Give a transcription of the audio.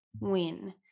win